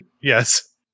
Yes